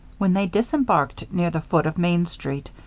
when they disembarked near the foot of main street,